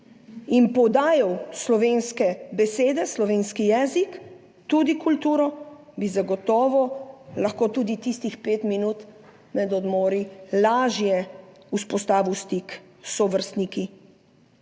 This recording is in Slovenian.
in podajal slovenske besede, slovenski jezik, tudi kulturo, zagotovo lahko tudi tistih pet minut med odmori lažje vzpostavili stik s sovrstniki.